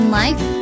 life